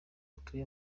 atuye